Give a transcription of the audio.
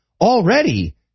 already